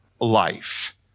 life